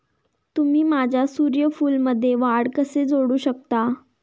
तुम्ही माझ्या सूर्यफूलमध्ये वाढ कसे जोडू शकता?